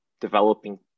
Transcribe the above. developing